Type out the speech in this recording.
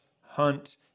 hunt